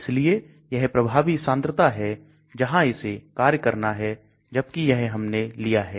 इसलिए यह प्रभावी सांद्रता है जहां इसे कार्य करना है जबकि यह हमने लिया है